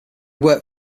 worked